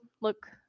look